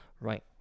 right